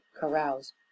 carouse